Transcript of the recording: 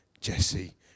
Jesse